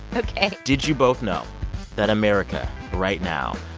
ok did you both know that america, right now,